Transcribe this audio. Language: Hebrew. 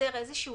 לייצר איזון